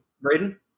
Braden